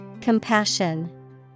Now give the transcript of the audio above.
Compassion